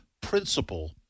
principle